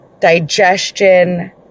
digestion